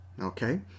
okay